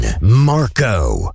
Marco